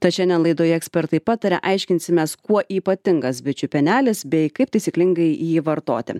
tad šiandien laidoje ekspertai pataria aiškinsimės kuo ypatingas bičių pienelis bei kaip taisyklingai jį vartoti